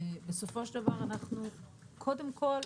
בסופו של דבר אנחנו קודם כל,